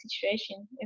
situation